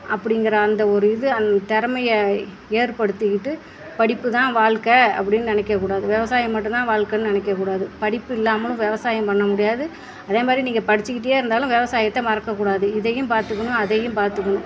அப்படிங்கிற அந்த ஒரு இது அந்த திறமைய ஏற்படுத்திக்கிட்டு படிப்பு தான் வாழ்க்கை அப்படினு நினைக்க கூடாது விவசாயம் மட்டும் தான் வாழ்க்கைனு நினைக்க கூடாது படிப்பு இல்லாமலும் விவசாயம் பண்ண முடியாது அதே மாதிரி நீங்கள் படித்துக்கிட்டே இருந்தாலும் விவசாயத்தை மறக்க கூடாது இதையும் பார்த்துக்குணும் அதையும் பார்த்துக்குணும்